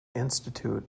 institute